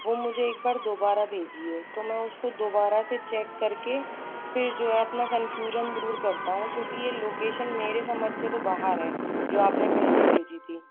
वह मुझे एक बार दोबारा भेजिए तो मैं उसको दोबारा से चेक करके फिर जो है अपना कन्फ़्युजन दूर करता हूँ क्योंकि यह लोकेशन मेरे समझ से तो बाहर है जो आपने पहले भेजी थी